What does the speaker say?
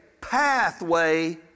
pathway